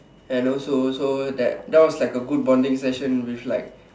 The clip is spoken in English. and also also that was like a good bonding session with like